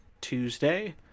tuesday